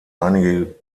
einige